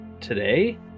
today